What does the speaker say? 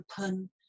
open